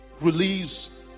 Release